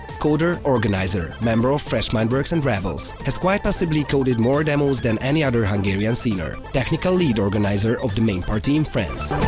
coder, organizer, member of fresh mindworkz and rebels. has quite possibly coded more demos than any other hungarian scener. technical lead organizer of the main party in france.